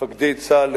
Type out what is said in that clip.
מפקדי צה"ל,